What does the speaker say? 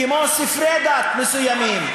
כמו ספרי דת מסוימים,